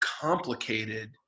complicated